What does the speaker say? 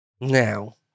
now